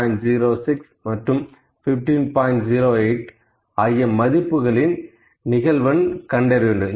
08 ஆகிய மதிப்புகளின் நிகழ்வெண் கண்டறிய வேண்டும்